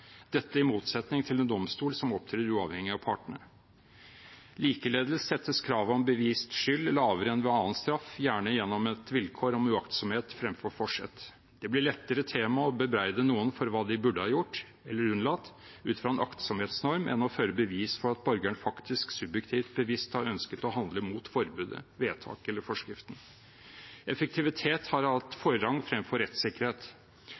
Dette står i motsetning til en domstol som opptrer uavhengig av partene. Likeledes settes kravet om bevist skyld lavere enn ved annen straff, gjerne gjennom et vilkår om uaktsomhet fremfor forsett. Det blir lettere tema å bebreide noen for hva de burde ha gjort, eller har unnlatt å gjøre, ut fra en aktsomhetsnorm, enn å føre bevis for at borgeren faktisk subjektivt bevisst har ønsket å handle mot forbudet, vedtaket eller forskriften. Effektivitet har hatt forrang fremfor rettssikkerhet.